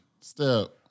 Step